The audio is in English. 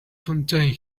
contain